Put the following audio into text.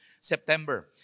September